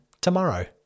tomorrow